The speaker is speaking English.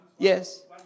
Yes